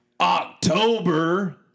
October